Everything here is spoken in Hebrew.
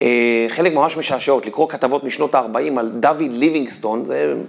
חלק ממש משעשעות, לקרוא כתבות משנות ה-40 על דויד ליבינגסטון, זה...